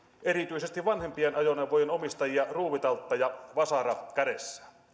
erityisesti vanhempien ajoneuvojen omistajia ruuvitaltta ja vasara kädessään